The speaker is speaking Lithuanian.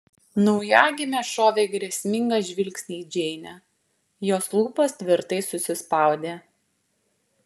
naujagimė šovė grėsmingą žvilgsnį į džeinę jos lūpos tvirtai susispaudė